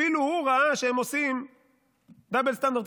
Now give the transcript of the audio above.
אפילו הוא ראה שהם עושים דאבל סטנדרט,